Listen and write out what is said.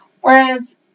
Whereas